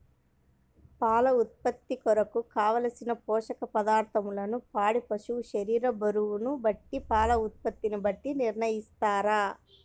పాల ఉత్పత్తి కొరకు, కావలసిన పోషక పదార్ధములను పాడి పశువు శరీర బరువును బట్టి పాల ఉత్పత్తిని బట్టి నిర్ణయిస్తారా?